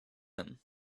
him